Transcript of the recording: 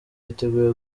yiteguye